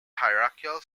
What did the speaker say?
hierarchical